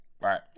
right